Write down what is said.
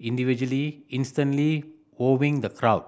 individually instantly wowing the crowd